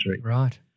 right